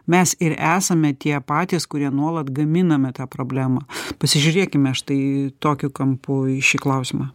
mes ir esame tie patys kurie nuolat gaminame tą problemą pasižiūrėkime štai tokiu kampu į šį klausimą